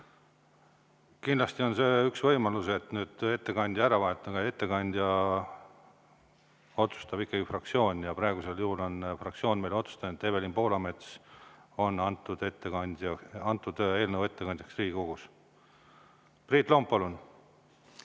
Kindlasti on üks võimalus ettekandja ära vahetada. Aga ettekandja otsustab ikkagi fraktsioon ja praegusel juhul on fraktsioon otsustanud, et Evelin Poolamets on antud eelnõu ettekandja Riigikogus. Priit Lomp,